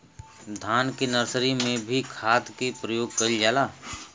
धान के नर्सरी में भी खाद के प्रयोग कइल जाला?